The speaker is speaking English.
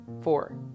Four